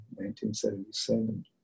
1977